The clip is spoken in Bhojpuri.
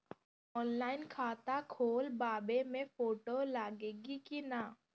ऑनलाइन खाता खोलबाबे मे फोटो लागि कि ना?